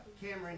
Cameron